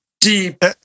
deep